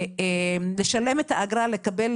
לשלם את האגרה ולקבל,